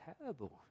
terrible